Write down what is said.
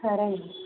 సరే అండి